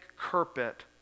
carpet